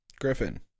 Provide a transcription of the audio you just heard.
Griffin